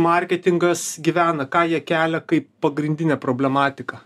marketingas gyvena ką jie kelia kaip pagrindinę problematiką